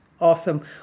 Awesome